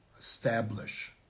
Establish